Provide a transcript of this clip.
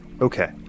okay